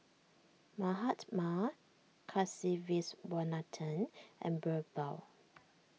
Mahatma Kasiviswanathan and Birbal